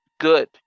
good